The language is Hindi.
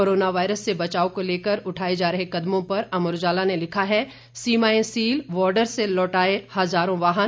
कोरोना वायरस से बचाव को लेकर उठाए जा रहे कदमों पर अमर उजाला ने लिखा है सीमाएं सील बॉर्डर से लौटाए हजारों वाहन